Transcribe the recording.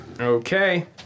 Okay